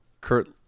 Kurt